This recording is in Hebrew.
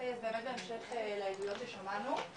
באמת בהמשך לעדויות ששמענו,